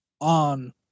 on